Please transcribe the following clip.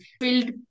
filled